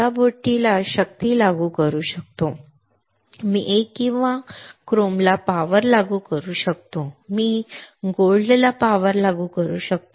मी एक किंवा क्रोमला पॉवर लागू करू शकतो किंवा मी सोन्याला पॉवर लागू करू शकतो